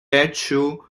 bethel